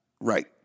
right